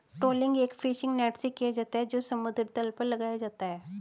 trawling एक fishing net से किया जाता है जो समुद्र तल पर लगाया जाता है